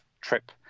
trip